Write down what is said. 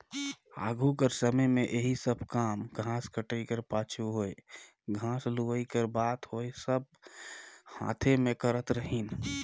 आघु कर समे में एही सब काम घांस कटई कर पाछू होए घांस लुवई कर बात होए सब हांथे में करत रहिन